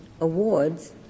awards